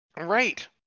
Right